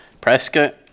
Prescott